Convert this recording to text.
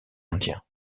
indien